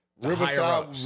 Riverside